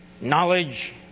knowledge